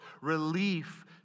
relief